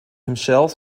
himself